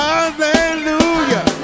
Hallelujah